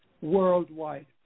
worldwide